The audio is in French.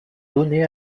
donné